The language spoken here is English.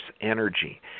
energy